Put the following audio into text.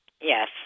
Yes